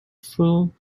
film